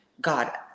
God